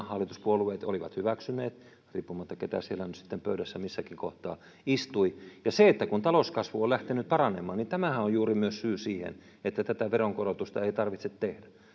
hallituspuolueet hallitusohjelmassa olivat hyväksyneet riippumatta siitä ketä siellä nyt sitten pöydässä missäkin kohtaa istui ja sehän että talouskasvu on lähtenyt paranemaan on juuri myös syy siihen että tätä veronkorotusta ei tarvitse tehdä